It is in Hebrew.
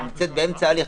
האם היא נמצאת באמצע ההליך.